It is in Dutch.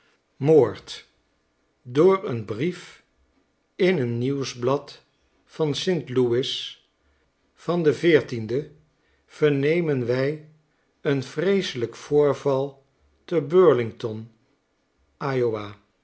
moord door een brief in een nieuwsblad van st louis van den vernemen wij een vreeselijk voorval te burliiigton jowa